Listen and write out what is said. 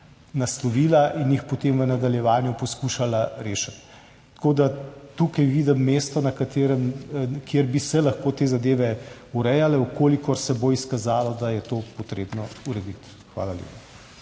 naslovila in jih potem v nadaljevanju poskušala rešiti. Tukaj vidim mesto, kjer bi se lahko te zadeve urejale, če se bo izkazalo, da je to potrebno urediti. Hvala lepa.